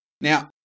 Now